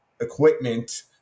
equipment